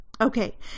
Okay